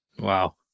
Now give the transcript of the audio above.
Wow